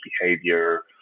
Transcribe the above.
behavior